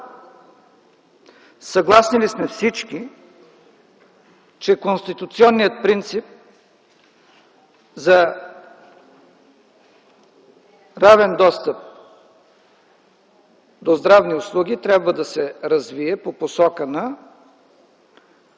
съгласни ли сте всички, че конституционният принцип за равен достъп до здравни услуги трябва да се развие по посока на